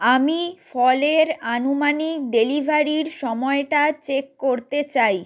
আমি ফলের আনুমানিক ডেলিভারির সময়টা চেক করতে চাই